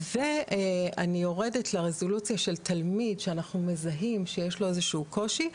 אני יורדת לרזולוציה של תלמיד שאנחנו מזהים שיש לו איזשהו קושי,